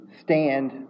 stand